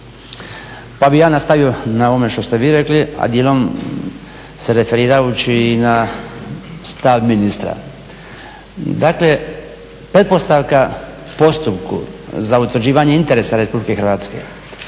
pa bih ja nastavio na onome što ste vi rekli, a dijelom se referirajući na stav ministra. Dakle, pretpostavka postupku za utvrđivanje interesa RH i pretpostavka